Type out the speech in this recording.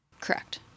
Correct